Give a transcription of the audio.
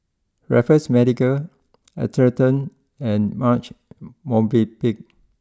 Raffles Medical Atherton and Marche Movenpick